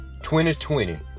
2020